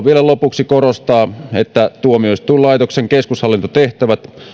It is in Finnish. vielä lopuksi korostaa että tuomioistuinlaitoksen keskushallintotehtävät